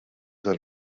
tal